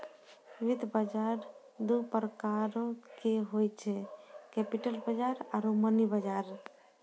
वित्त बजार दु प्रकारो के होय छै, कैपिटल बजार आरु मनी बजार